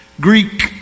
Greek